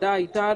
הוועדה הייתה,